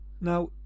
Now